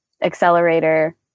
accelerator